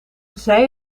zij